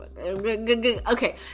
okay